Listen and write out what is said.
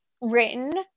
written